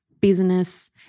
business